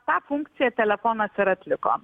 tą funkciją telefonas ir atliko